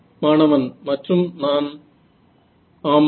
மாணவன் மற்றும் நான் ஆமாம்